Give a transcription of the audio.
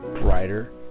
brighter